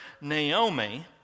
Naomi